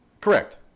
correct